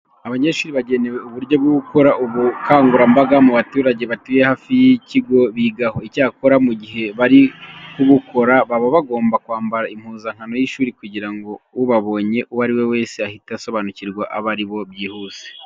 Abanyeshuri bagenerwa uburyo bwo gukora ubukangurambaga mu baturage batuye hafi y'ikigo bigaho. Icyakora mu gihe bari kubukora baba bagomba kwambara impuzankano y'ishuri kugira ngo ubabonye uwo ari we wese ahite asobanukirwa abo ari bo byihuse.